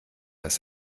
das